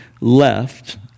left